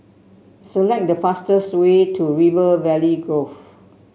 select the fastest way to River Valley Grove